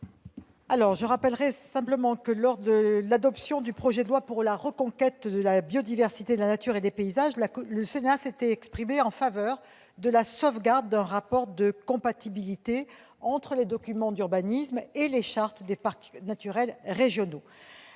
l'avis de la commission ? Lors de l'adoption du projet de loi pour la reconquête de la biodiversité, de la nature et des paysages, le Sénat s'était prononcé en faveur de la sauvegarde d'un rapport de compatibilité entre les documents d'urbanisme et les chartes des parcs naturels régionaux.